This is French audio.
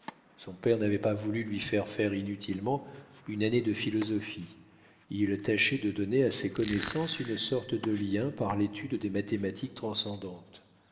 son père n'avait pas voulu lui faire faire inutilement une année de philosophie il tâchait de donner à ses connaissances une sorte de lien par l'étude des mathématiques transcendantes